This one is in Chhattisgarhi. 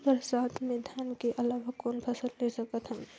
बरसात मे धान के अलावा कौन फसल ले सकत हन?